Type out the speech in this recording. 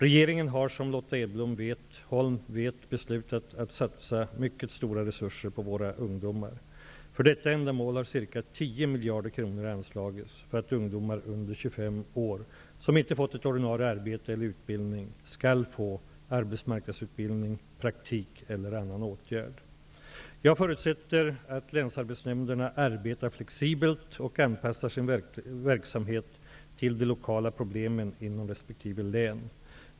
Regeringen har, som Lotta Edholm vet, beslutat att satsa mycket stora resurser på våra ungdomar. För detta ändamål har ca 10 miljarder kronor anslagits för att ungdomar under 25 år som inte fått ett ordinarie arbete eller utbildning skall få arbetsmarkndssutbildning, praktik eller annan åtgärd. Jag förutsätter att länsarbetsnämnderna arbetar flexibelt och anpassar sin verksamhet till de lokala problemen inom resp. län.